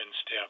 step